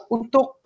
Untuk